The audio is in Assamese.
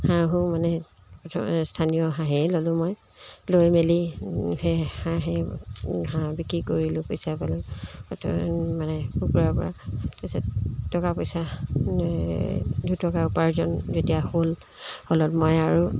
হাঁহো মানে প্ৰথম স্থানীয় হাঁহে ল'লোঁ মই লৈ মেলি সেই হাঁহে হাঁহ বিক্ৰী কৰিলোঁ পইচা পালো তাৰে মানে কুকুৰাৰ পৰা তাৰ পিছত টকা পইচা দুটকা উপাৰ্জন যেতিয়া হ'ল হ'লত মই আৰু